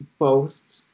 posts